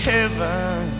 Heaven